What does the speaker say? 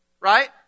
right